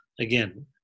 again